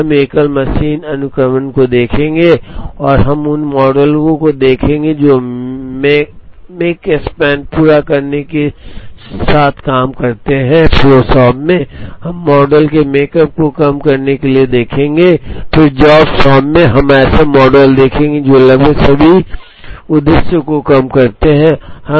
इसलिए हम एकल मशीन अनुक्रमण को देखेंगे और हम उन मॉडलों को देखेंगे जो मेकपैन पूरा होने के समय के साथ काम करते हैं फ्लो शॉप में हम मॉडल को मेकप को कम करने के लिए देखेंगे और फिर जॉब शॉप में हम ऐसे मॉडल देखेंगे जो लगभग सभी उद्देश्यों को कम करते हैं